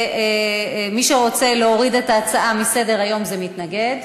מי שרוצה להוריד את ההצעה מסדר-היום, זה מתנגד.